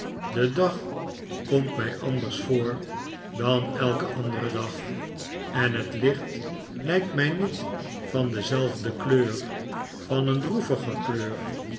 de dag komt mij anders voor dan elke andere dag en het licht lijkt mij niet van dezelfde kleur van een droeviger kleur